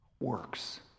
works